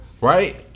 Right